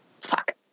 Fuck